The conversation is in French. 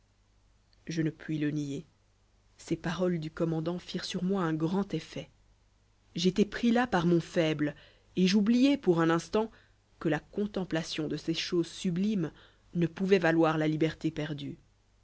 je ne puis le nier ces paroles du commandant firent sur moi un grand effet j'étais pris là par mon faible et j'oubliai pour un instant que la contemplation de ces choses sublimes ne pouvait valoir la liberté perdue